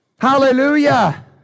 Hallelujah